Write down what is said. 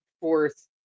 fourth